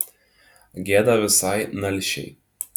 gėda visai nalšiai